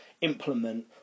implement